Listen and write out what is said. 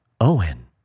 Owen